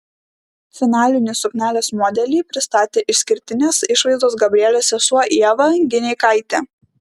finalinį suknelės modelį pristatė išskirtinės išvaizdos gabrielės sesuo ieva gineikaitė